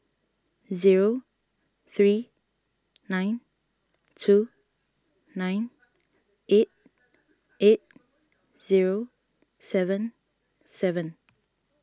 zero three nine two nine eight eight zero seven seven